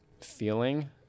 feeling